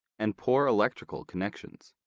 and poor electrical connections.